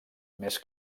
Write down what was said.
més